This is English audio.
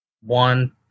One